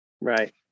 Right